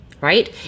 right